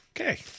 Okay